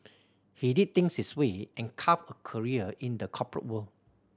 he did things his way and carved a career in the corporate world